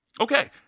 Okay